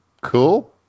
Cool